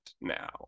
now